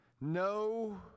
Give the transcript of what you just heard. No